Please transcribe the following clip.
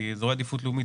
כי אזורי עדיפות לאומית,